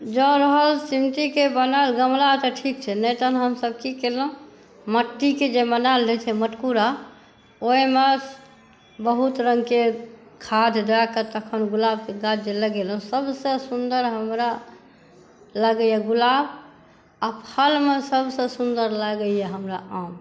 जँ रहल सिमटीक बनल गमला तऽ ठीक छै नहि तहन हमसभ की केलहुँ मट्टीके जे बनल रहै छै मटकुरा ओहिमे बहुत रंगके खाद दए कऽ तखन गुलाबके गाछ जे लगेलहुँ सभसे सुन्दर हमरा लगैया गुलाब आ फलमे सभसे सुन्दर लागैय हमरा आम